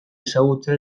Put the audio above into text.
ezagutza